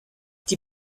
die